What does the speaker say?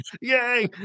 Yay